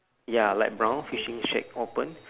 ya like brown fishing shack open